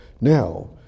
Now